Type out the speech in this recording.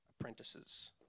apprentices